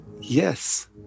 Yes